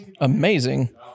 amazing